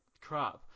crap